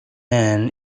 man